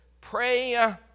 pray